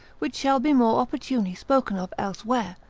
which shall be more opportunely spoken of elsewhere,